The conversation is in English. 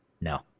No